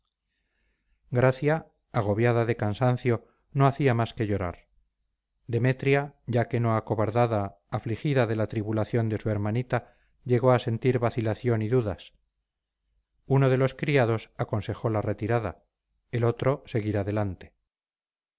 gracia agobiada de cansancio no hacía más que llorar demetria ya que no acobardada afligida de la tribulación de su hermanita llegó a sentir vacilación y dudas uno de los criados aconsejó la retirada el otro seguir adelante